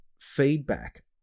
feedback